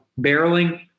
barreling